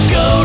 go